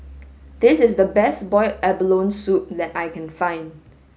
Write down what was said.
this is the best boiled abalone soup that I can find